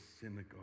synagogue